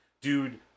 dude